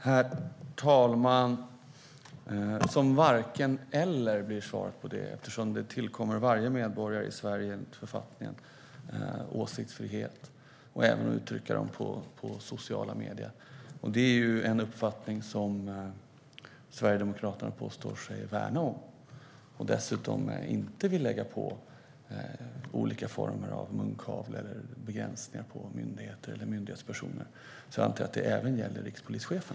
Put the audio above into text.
Herr talman! Som varken eller blir svaret, eftersom det enligt författningen tillkommer varje medborgare i Sverige åsiktsfrihet och även frihet att uttrycka sina åsikter i sociala medier. Sverigedemokraterna påstår sig värna den uppfattningen och vill dessutom inte lägga munkavle eller andra begränsningar på myndigheter eller myndighetspersoner. Jag antar därför att det även gäller rikspolischefen.